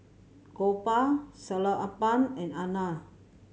Gopal Sellapan and Anand